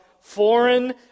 foreign